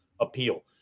Appeal